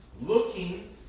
Looking